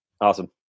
Awesome